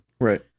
Right